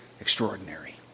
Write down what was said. Extraordinary